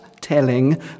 telling